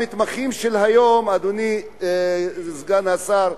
המתמחים של היום, אדוני סגן השר,